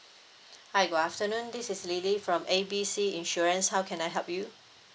hi good afternoon this is lily from A B C insurance how can I help you